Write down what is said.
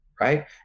Right